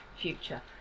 future